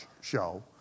show